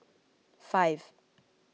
five